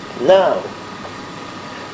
now